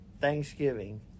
thanksgiving